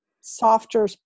softer